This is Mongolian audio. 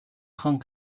хаан